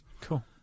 Cool